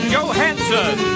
Johansson